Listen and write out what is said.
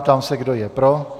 Ptám se, kdo je pro.